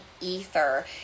ether